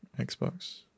Xbox